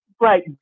Right